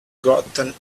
gotten